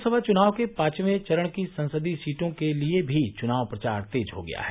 लोकसभा चुनाव के पांचवें चरण की संसदीय सीटों के लिये भी चुनाव प्रचार तेज हो गया है